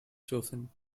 chosen